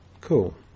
Cool